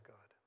God